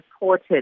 reported